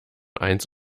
eins